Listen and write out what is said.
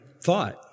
thought